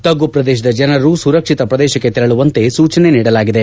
ತಗ್ಗು ಪ್ರದೇಶದ ಜನರು ಸುರಕ್ಷಿತ ಪ್ರದೇಶಕ್ಕೆ ತೆರಳುವಂತೆ ಸೂಚನೆ ನೀಡಲಾಗಿದೆ